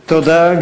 תודה.